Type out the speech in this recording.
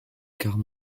quarts